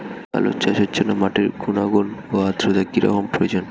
আলু চাষের জন্য মাটির গুণাগুণ ও আদ্রতা কী রকম প্রয়োজন?